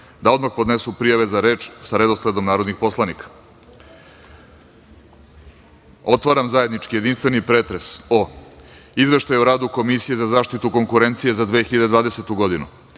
da odmah podnesu prijave za reč, sa redosledom narodnih poslanika. Otvaram zajednički jedinstveni pretres o: Izveštaju o radu Komisije za zaštitu konkurencije za 2020. godinu,